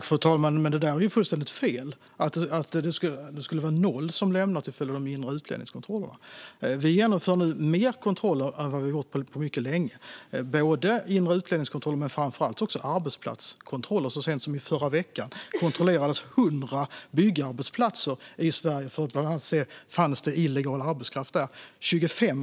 Fru talman! Det är ju fullständigt fel att det skulle vara noll som lämnat Sverige till följd av inre utlänningskontroller. Vi genomför nu fler kontroller än vad vi har gjort på mycket länge, både inre utlänningskontroller och - framför allt - arbetsplatskontroller. Så sent som i förra veckan kontrollerades 100 byggarbetsplatser i Sverige för att man skulle se om det fanns illegal arbetskraft på dem.